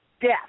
death